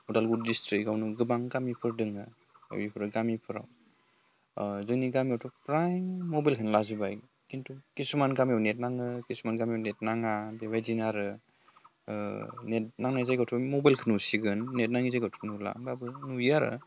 उलादगुरि डिस्ट्रिकआवनो गोबां गामिफोर दङ बेफोरो गामिफोराव जोंनि गामियावथ' फ्राय मबाइलखोनो लाजोब्बाय खिन्थु किसुमान गामियाव नेट नाङो किसुमान गामियाव नेट नाङा बेबायदिनो आरो नेट नांनाय जायगायावथ' मबाइलखो नुसिगोन नेट नाङि जायगायावथ' नुला होमब्लाबो नुयो आरो